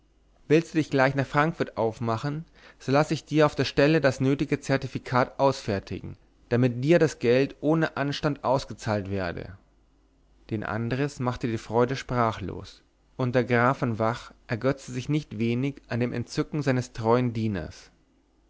willst du dich gleich nach frankfurt aufmachen so lasse ich dir auf der stelle das nötige zertifikat ausfertigen damit dir das geld ohne anstand ausgezahlt werde den andres machte die freude sprachlos und der graf von vach ergötzte sich nicht wenig an dem entzücken seines treuen dieners